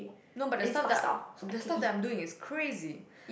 no but the stuff that the stuff that I'm doing is crazy